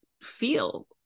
feel